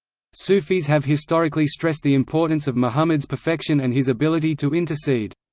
sufis have historically stressed the importance of muhammad's perfection and his ability to intercede.